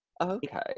Okay